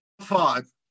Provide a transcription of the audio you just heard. five